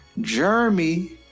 Jeremy